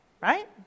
right